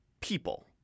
people